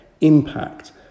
impact